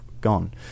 gone